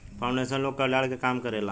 foundation लोक कल्याण के काम करेला